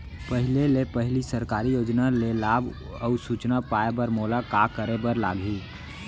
पहिले ले पहिली सरकारी योजना के लाभ अऊ सूचना पाए बर मोला का करे बर लागही?